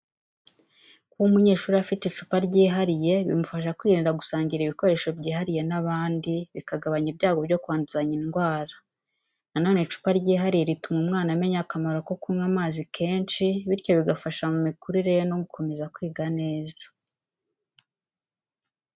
Kuba umunyeshuri afite icupa ryihariye bimufasha kwirinda gusangira ibikoresho byihariye n’abandi, bikagabanya ibyago byo kwanduzanya indwara. Na none, icupa ryihariye rituma umwana amenya akamaro ko kunywa amazi kenshi, bityo bigafasha mu mikurire ye no gukomeza kwiga neza.